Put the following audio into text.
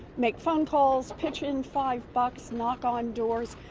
make phone calls, pitch in five bucks, knock on doors.